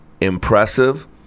impressive